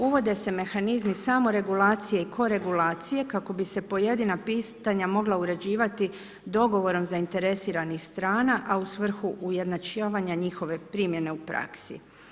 Uvode se mehanizmi samoregulacije i koregulacije kako bi se pojedina pitanja mogla uređivati dogovorom zainteresiranih strana, a u svrhu ujednačavanja njihove primjene u praksi.